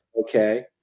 Okay